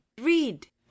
Read